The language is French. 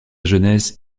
jeunesse